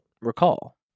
recall